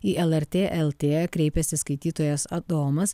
į lrt lt kreipėsi skaitytojas adomas